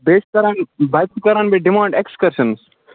بیٚیہِ چھِ کَران بَچہٕ چھُ کران بیٚیہِ ڈِمانٛڈ ایٚکٕسکَرشَنس